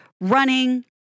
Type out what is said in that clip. running